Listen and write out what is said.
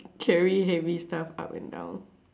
carry heavy stuff up and down